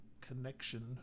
connection